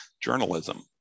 journalism